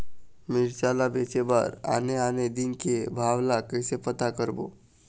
मिरचा ला बेचे बर आने आने दिन के भाव ला कइसे पता करबो?